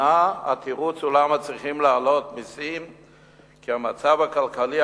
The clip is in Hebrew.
השנה התירוץ למה צריכים להעלות מסים הוא המצב הכלכלי